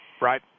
Right